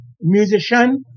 musician